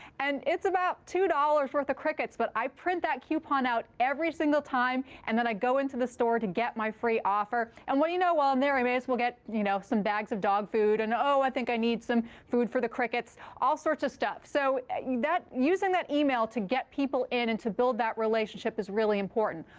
and it's about two dollars worth of crickets, but i print that coupon out every single time. and then i go into the store to get my free offer. and what do you know? while i'm there i may as will get you know some bags of dog food. and, oh, i think i need some food for the crickets, all sorts of stuff. so using that email to get people in and to build that relationship is really important.